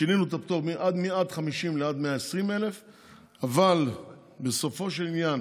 שינינו את הפטור מעד 50,000 לעד 120,000. אבל בסופו של עניין